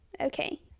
Okay